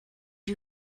you